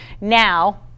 now